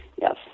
Yes